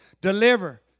deliver